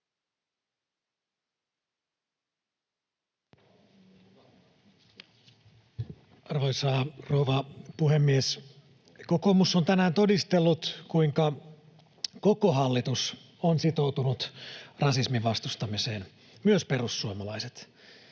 Arvoisa rouva puhemies! Kokoomus on tänään todistellut, kuinka koko hallitus on sitoutunut rasismin vastustamiseen, myös perussuomalaiset,